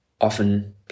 often